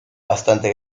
bastante